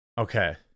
Okay